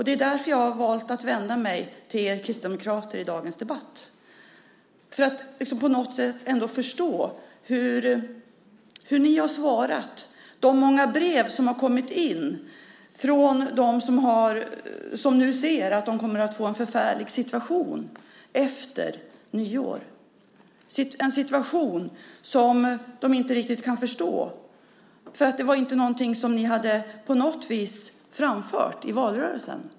Det är därför som jag har valt att vända mig till er kristdemokrater i dagens debatt för att på något sätt försöka förstå hur ni har svarat på de många brev som har kommit från dem som nu ser att de kommer att få en förfärlig situation efter nyår. Det är en situation som de inte riktigt kan förstå eftersom det inte var någonting som ni på något sätt hade framfört i valrörelsen.